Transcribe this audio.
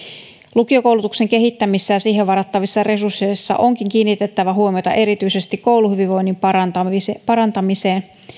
lukiokoulutuksen kehittämisessä ja siihen varattavissa resursseissa onkin kiinnitettävä huomiota erityisesti kouluhyvinvoinnin parantamiseen parantamiseen